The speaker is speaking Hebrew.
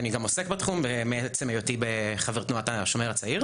ואני גם עוסק בתחום מעצם היותי בחבר תנועת השומר הצעיר.